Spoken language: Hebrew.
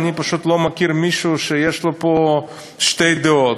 אני פשוט לא מכיר מישהו שיש לו פה דעה אחרת.